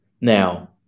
Now